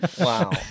wow